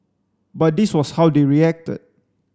but this was how they reacted